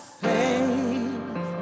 faith